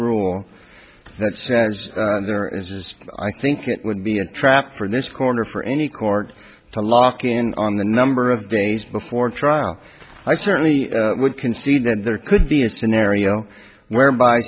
rule that says there is i think it would be a trap for this corner for any court to lock in on the number of days before trial i certainly would concede that there could be a scenario whereby